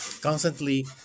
constantly